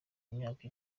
imyaka